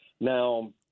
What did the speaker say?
now